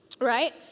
Right